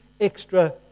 extra